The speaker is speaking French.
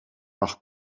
par